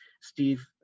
steve